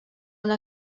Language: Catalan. una